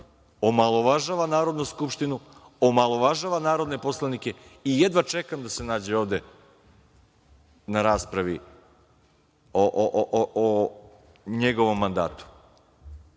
omalovažava Narodnu skupštinu, omalovažava narodne poslanike i jedva čekam da se nađe ovde na raspravi o njegovom mandatu. Još